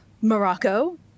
Morocco